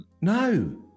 No